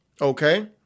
okay